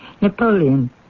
Napoleon